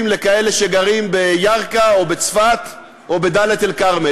לכאלה שגרים בירכא או בצפת או בדאלית-אלכרמל.